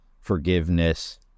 forgiveness